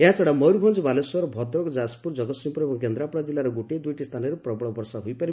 ଏହାଛଡ଼ା ମୟରଭଞ୍ଞ ବାଲେଶ୍ୱର ଭଦ୍ରକ ଯାକପୁର କଗତସିଂହପୁର ଏବଂ କେନ୍ଦ୍ରାପଡ଼ା କିଲ୍ଲାର ଗୋଟିଏ ଦୁଇଟି ସ୍ତାନରେ ପ୍ରବଳ ବର୍ଷା ହୋଇପାରେ